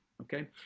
Okay